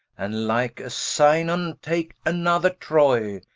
and like a synon, take another troy.